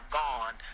gone